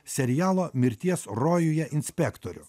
serialo mirties rojuje inspektorių